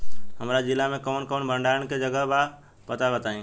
हमरा जिला मे कवन कवन भंडारन के जगहबा पता बताईं?